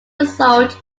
result